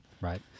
Right